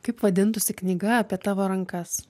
kaip vadintųsi knyga apie tavo rankas